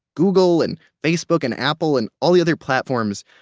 google and facebook and apple and all the other platforms,